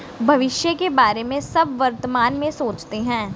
भविष्य के बारे में सब वर्तमान में सोचते हैं